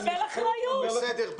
אחריות.